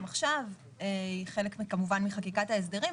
עכשיו היא חלק כמובן מחקיקת ההסדרים,